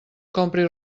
compris